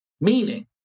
Meaning